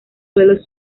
suelos